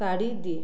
କାଢ଼ିଦିଏ